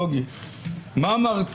מה מאפיין אותם פסיכולוגית.